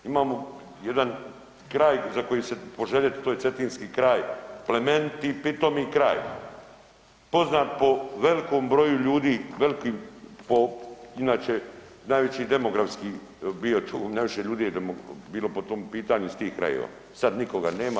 Imamo jedan kraj za koji se poželjet, to je Cetinski kraj, plemeniti i pitomi kraj poznat po velikom broju ljudi, veliki po inače najveći demografski bio, naših ljudi je bilo po tom pitanju iz tih krajeva, sad nikoga nema.